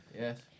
Yes